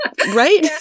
right